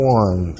one